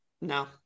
No